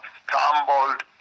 stumbled